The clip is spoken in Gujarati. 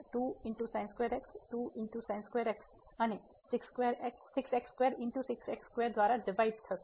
તેથી આ 1 માઇનસ 1 છે આપણે એ રદ કરીશું અને આપણી પાસે માઇનસ છે અને દ્વારા ડિવાઈડ છે